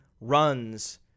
runs